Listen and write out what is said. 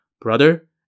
Brother